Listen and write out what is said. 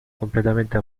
completamente